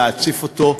להציף אותו,